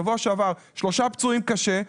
שבוע שעבר שלושה פצועים קשה,